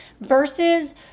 versus